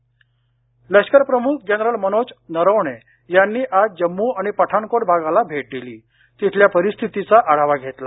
general Manoj Naravane लष्कर प्रमुख general Manoj Naravane यांनी आज जम्मू आणि पठाणकोठ भागाला भेट दिली आणि तिथल्या परिस्थितीचा आढावा घेतला